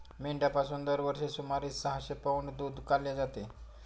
मेंढ्यांपासून दरवर्षी सुमारे सहाशे पौंड दूध काढले जाते